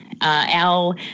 Al